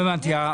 לא הבנתי.